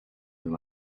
that